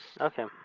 okay